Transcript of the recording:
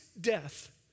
death